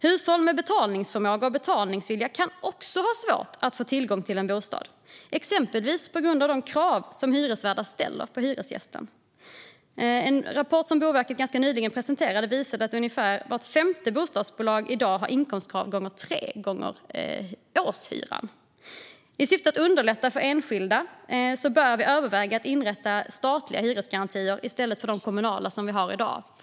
Hushåll med betalningsförmåga och betalningsvilja kan också ha svårt att få tillgång till en bostad, exempelvis på grund av de krav som hyresvärdar ställer på hyresgäster. En rapport som Boverket ganska nyligen presenterade visade att ungefär vart femte bostadsbolag i dag har ett inkomstkrav om tre gånger årshyran. I syfte att underlätta för enskilda bör vi överväga att inrätta statliga hyresgarantier i stället för de kommunala som vi har i dag.